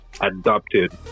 adopted